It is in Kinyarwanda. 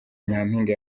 nyampinga